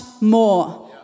more